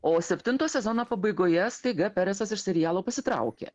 o septinto sezono pabaigoje staiga peresas iš serialo pasitraukė